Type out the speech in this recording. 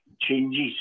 changes